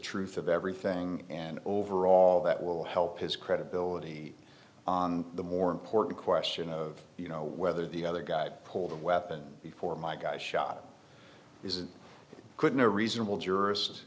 truth of everything and overall that will help his credibility on the more important question of you know whether the other guy pulled a weapon before my guy shot isn't couldn't a reasonable jur